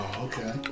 Okay